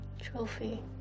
trophy